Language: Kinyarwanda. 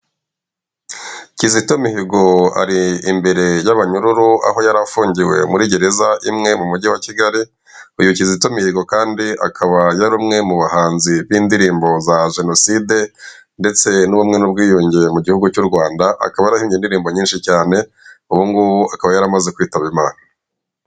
Kizito Mihigo ari imbere y'abanyururu aho yari afungiwe muri gereze imwe mu mujyi wa Kigali, uyu Kizito Mihigo kandi akaba yari umwe mu bahanzi b'indirimbo za Genoside ndetse n'ubumwe n'ubwiyunge mu gihugu cy' u Rwanda akaba yarahimbye indirimbo nyinshi cyane, ubu ngubu akaba yaramaze kwitaba Imana.